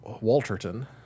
Walterton